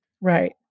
Right